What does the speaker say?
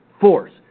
Force